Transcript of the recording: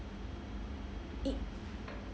it